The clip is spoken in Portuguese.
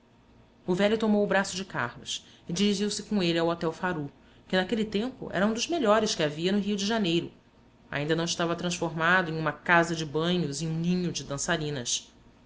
o velho tomou o braço de carlos e dirigiu-se com ele ao hotel pharoux que naquele tempo era um dos melhores que havia no rio de janeiro ainda não estava transformado em uma casa de banhos e um ninho de dançarinas